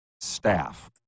staff